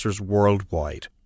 worldwide